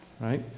right